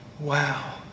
Wow